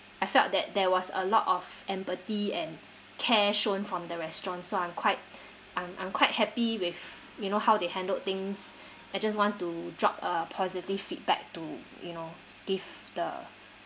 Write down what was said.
I felt that there was a lot of empathy and care shown from the restaurant so I'm quite I'm I'm quite happy with you know how they handled things I just want to drop a positive feedback to you know give the